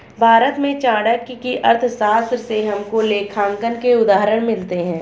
भारत में चाणक्य की अर्थशास्त्र से हमको लेखांकन के उदाहरण मिलते हैं